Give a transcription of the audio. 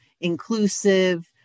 inclusive